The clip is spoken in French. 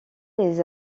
les